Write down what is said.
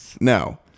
now